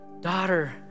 daughter